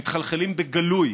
שמתחלחלים בגלוי